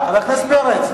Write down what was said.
חבר הכנסת פרץ,